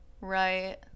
Right